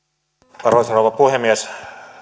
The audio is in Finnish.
arvoisa rouva puhemies